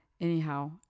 anyhow